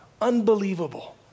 Unbelievable